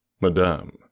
Madame